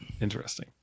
Interesting